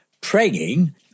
praying